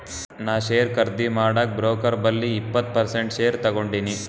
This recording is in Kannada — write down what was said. ನಾ ಶೇರ್ ಖರ್ದಿ ಮಾಡಾಗ್ ಬ್ರೋಕರ್ ಬಲ್ಲಿ ಇಪ್ಪತ್ ಪರ್ಸೆಂಟ್ ಶೇರ್ ತಗೊಂಡಿನಿ